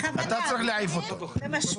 בכוונה משפיל.